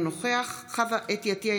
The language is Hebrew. אינו נוכח חוה אתי עטייה,